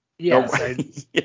Yes